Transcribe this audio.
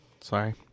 Sorry